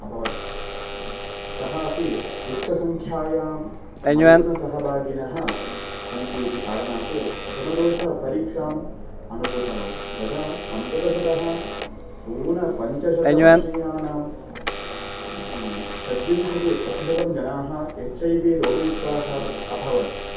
अभवन् सः अपि उच्चसङ्ख्यायां मैथुनसहभागिनः सन्ति इति कारणात् गुणदोषपरीक्षाम् अनुभूतवान् यदा पञ्चदशतः ऊनपञ्चशतवर्षीयाणां षड्विंशतिप्रतिशतं जनाः एच् ऐ बी रोगयुक्ताः अभवन्